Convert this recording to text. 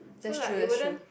that's true that's true